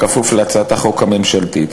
בכפוף להצעת החוק הממשלתית.